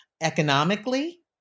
economically